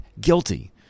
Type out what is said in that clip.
guilty